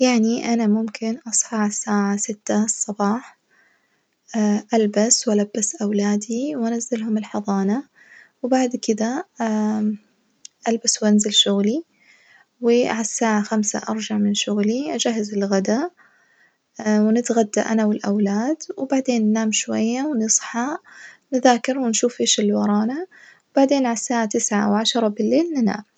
يعني أنا ممكن أصحى على الساعة ستة الصباح ألبس وألبّس أولادي وأنزلهم الحظانة وبعد كدة ألبس وأنزل شغلي وعلى الساعة خمسة أرجع من شغلي أجهز الغدا ونتغدى أنا والأولاد وبعدين ننام شوية ونصحى نذاكر ونشوف إيش الورانا، بعدين على الساعة تسعة عشرة بليل ننام.